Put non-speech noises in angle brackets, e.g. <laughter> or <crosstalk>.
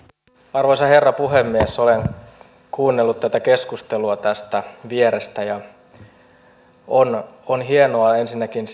arvoisa herra puhemies olen kuunnellut tätä keskustelua tästä vierestä ja on hienoa ensinnäkin <unintelligible>